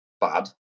bad